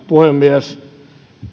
puhemies